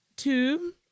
Two